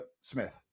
Smith